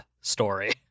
story